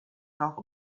talk